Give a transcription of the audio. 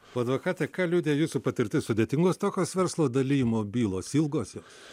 o advokate ką liudija jūsų patirtis sudėtingos tokios verslo dalijimo bylos ilgos jos